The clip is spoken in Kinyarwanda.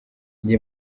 njye